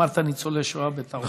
אמרת ניצולי שואה, בטעות.